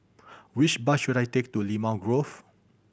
which bus should I take to Limau Grove